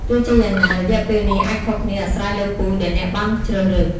ទោះជាយ៉ាងណា រយៈពេលនេះអាចខុសគ្នាអាស្រ័យលើពូជដែលអ្នកបានជ្រើសរើស។